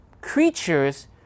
creatures